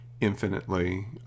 infinitely